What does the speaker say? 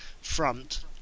Front